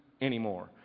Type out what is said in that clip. anymore